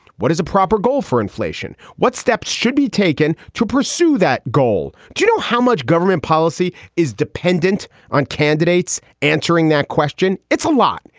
what is a proper goal for inflation? what steps should be taken to pursue that goal? do you know how much government? policy is dependent on candidates answering that question. it's a lot.